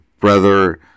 brother